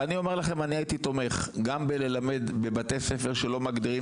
אני הייתי תומך גם בללמד בבתי ספר שלא מגדירים